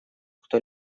кто